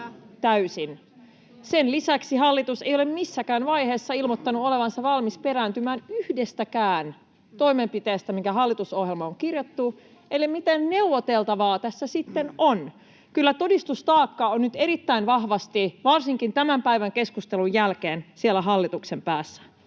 Sen lisäksi hallitus ei ole missään vaiheessa ilmoittanut olevansa valmis perääntymään yhdestäkään toimenpiteestä, mikä hallitusohjelmaan on kirjattu. Eli mitä neuvoteltavaa tässä sitten on? Kyllä todistustaakka on nyt erittäin vahvasti, varsinkin tämän päivän keskustelun jälkeen, siellä hallituksen päässä.